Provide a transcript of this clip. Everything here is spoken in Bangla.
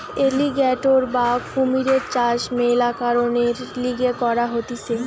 এলিগ্যাটোর বা কুমিরের চাষ মেলা কারণের লিগে করা হতিছে